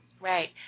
Right